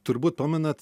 turbūt pamenat